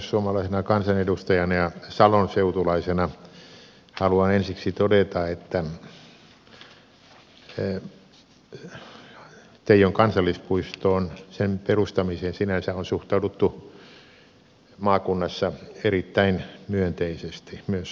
varsinaissuomalaisena kansanedustajana ja salon seutulaisena haluan ensiksi todeta että teijon kansallispuistoon ja sen perustamiseen on sinänsä suhtauduttu maakunnassa erittäin myönteisesti myös salon seutukunnassa